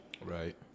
Right